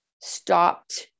stopped